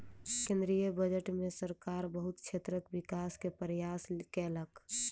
केंद्रीय बजट में सरकार बहुत क्षेत्रक विकास के प्रयास केलक